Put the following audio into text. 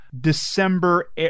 December